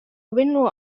windows